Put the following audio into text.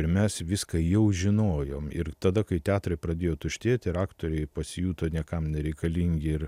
ir mes viską jau žinojom ir tada kai teatrai pradėjo tuštėti ir aktoriai pasijuto niekam nereikalingi ir